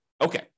Okay